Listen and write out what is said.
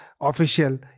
official